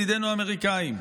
ידידינו האמריקאים: